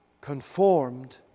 conformed